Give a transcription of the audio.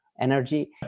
energy